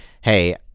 hey